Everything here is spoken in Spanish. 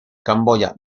camboya